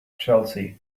chelsea